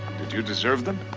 did you deserve them?